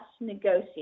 negotiate